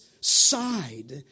side